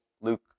Luke